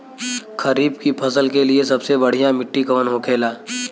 खरीफ की फसल के लिए सबसे बढ़ियां मिट्टी कवन होखेला?